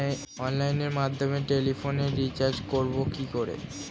অনলাইনের মাধ্যমে টেলিফোনে রিচার্জ করব কি করে?